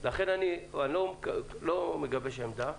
אני לא מגבש עמדה.